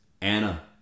Anna